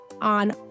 on